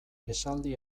esaldi